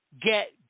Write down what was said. get